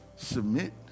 Submit